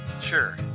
Sure